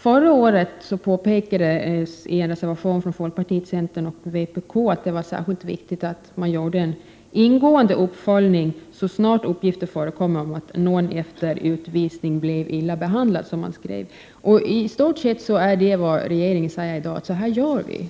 Förra året påpekades det i en reservation från folkpartiet, centern och vpk att det var särskilt viktigt att göra en ingående uppföljning så snart uppgift framkom om att någon efter utvisning blivit illa behandlad. I stort sett är det vad regeringen gör i dag. Men dessa reservanter